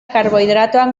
karbohidratoak